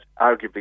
arguably